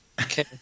Okay